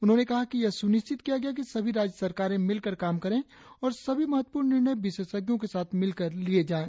उन्होंने कहा कि यह स्निश्चित किया गया कि सभी राज्य सरकारें मिलकर काम करें और सभी महत्वपूर्ण निर्णय विशेषज्ञों के साथ मिलकर लिये जाएं